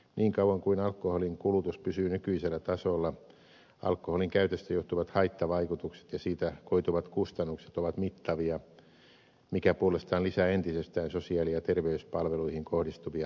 niin kauan kuin alkoholin kulutus pysyy nykyisellä tasolla alkoholin käytöstä johtuvat haittavaikutukset ja siitä koituvat kustannukset ovat mittavia mikä puolestaan lisää entisestään sosiaali ja terveyspalveluihin kohdistuvia paineita